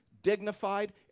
dignified